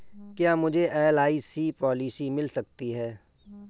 क्या मुझे LIC policy मिल सकती है?